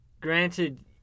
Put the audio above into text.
granted